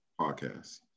podcast